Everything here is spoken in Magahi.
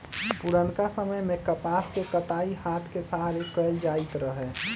पुरनका समय में कपास के कताई हात के सहारे कएल जाइत रहै